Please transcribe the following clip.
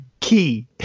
key